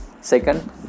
Second